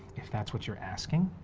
if that's what you're asking.